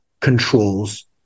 controls